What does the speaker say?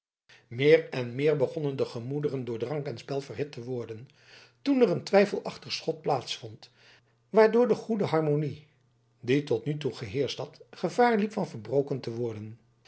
meer en meer begonnen de gemoederen door drank en spel verhit te worden toen er een twijfelachtig schot plaats vond waardoor de goede harmonie die tot nog toe geheerscht had gevaar liep van verbroken te worden